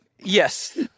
Yes